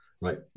Right